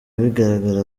bigaragara